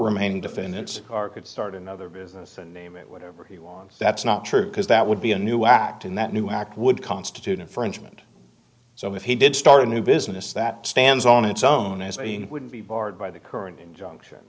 defendants are could start another business and name it whatever he wants that's not true because that would be a new act in that new act would constitute infringement so if he did start a new business that stands on its own as i would be barred by the current injunction